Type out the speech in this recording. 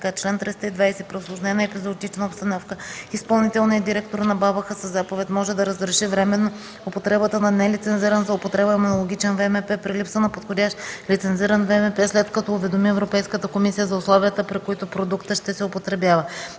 „Чл. 320. При усложнена епизоотична обстановка изпълнителният директор на БАБХ със заповед може да разреши временно употребата на нелицензиран за употреба имунологичен ВМП, при липса на подходящ лицензиран ВМП след като уведоми Европейската комисия за условията, при които продукта ще се употребява.”